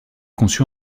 conçu